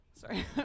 Sorry